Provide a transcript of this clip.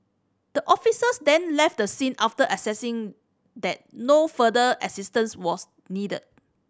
the officers then left the scene after assessing that no further assistance was needed